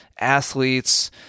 athletes